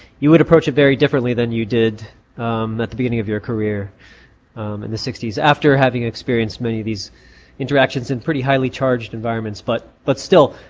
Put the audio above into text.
you would approach it very differently than you did at the beginning of your career in the sixty s after having experienced many of these interactions in pretty highly charged environments but but still,